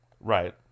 Right